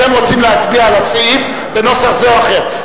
אתם רוצים להצביע על הסעיף בנוסח זה או אחר.